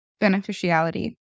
beneficiality